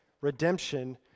redemption